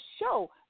show